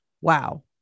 wow